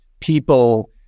People